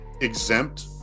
exempt